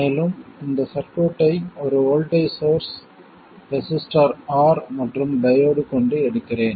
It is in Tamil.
மேலும் இந்த சர்க்யூட்டை ஒரு வோல்ட்டேஜ் சோர்ஸ் ரெசிஸ்டர் R மற்றும் டையோடு கொண்டு எடுக்கிறேன்